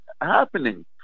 happening